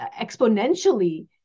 exponentially